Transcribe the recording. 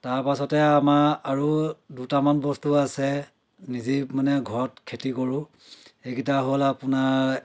তাৰ পাছতে আৰু আমাৰ আৰু দুটামান বস্তু আছে নিজেই মানে ঘৰত খেতি কৰোঁ সেইগিটা হ'ল আপোনাৰ